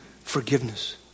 forgiveness